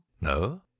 No